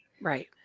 right